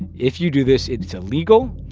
if you do this, it's illegal.